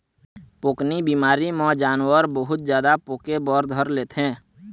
पोकनी बिमारी म जानवर बहुत जादा पोके बर धर लेथे